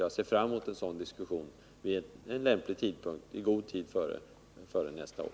Jag ser fram emot en sådan diskussion vid ett lämpligt tillfälle i god tid före nästa år.